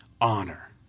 honor